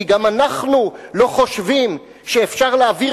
כי גם אנחנו לא חושבים שאפשר להעביר